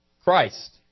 Christ